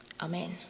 Amen